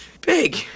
big